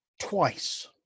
twice